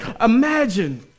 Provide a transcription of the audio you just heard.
Imagine